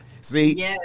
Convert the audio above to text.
See